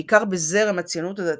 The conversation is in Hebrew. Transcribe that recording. בעיקר בזרם הציונות הדתית,